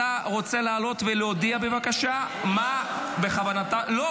אתה רוצה לעלות ולהודיע בבקשה מה בכוונתה ------ לא,